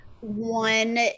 one